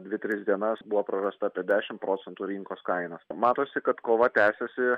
dvi tris dienas buvo prarasta apie dešim procentų rinkos kainos matosi kad kova tęsiasi